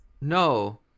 No